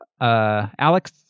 Alex